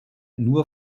nur